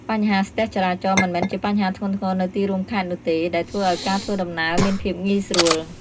បញ្ហាស្ទះចរាចរណ៍មិនមែនជាបញ្ហាធ្ងន់ធ្ងរនៅទីរួមខេត្តនោះទេ ដែលធ្វើឱ្យការធ្វើដំណើរមានភាពងាយស្រួល។